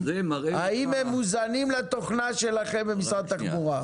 האם הם מוזנים לתוכנה שלכם במשרד התחבורה?